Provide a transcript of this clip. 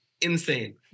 insane